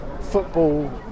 football